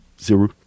zero